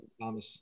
Thomas